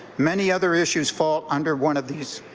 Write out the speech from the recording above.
many other issues fall under one of these.